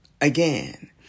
again